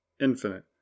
infinite